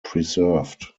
preserved